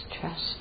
trust